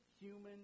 human